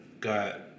got